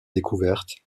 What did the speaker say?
découverte